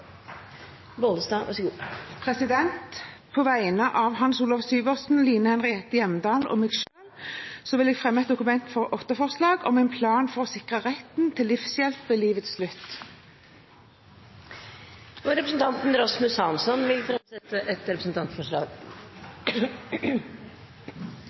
På vegne av Hans Olav Syversen, Line Henriette Hjemdal og meg selv vil jeg fremme et Dokument 8-forslag om en plan for å sikre retten til livshjelp ved livets slutt. Representanten Rasmus Hansson vil framsette et representantforslag.